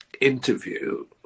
interview